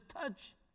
touch